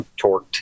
torqued